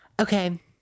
okay